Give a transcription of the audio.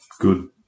good